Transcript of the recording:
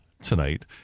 tonight